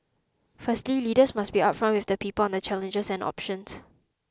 firstly leaders must be upfront with the people on the challenges and options